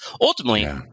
ultimately